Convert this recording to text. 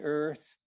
earth